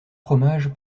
fromage